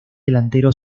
delantero